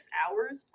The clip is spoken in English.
hours